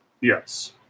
yes